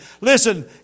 Listen